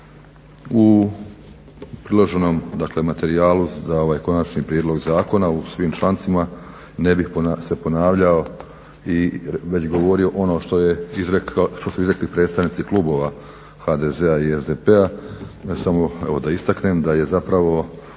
U priloženom materijalu za ovaj konačni prijedlog zakona u svim člancima ne bih se ponavljao, već govorio ono što su izrekli predstavnici klubova HDZ-a i SDP-a. Samo da istaknem da je zapravo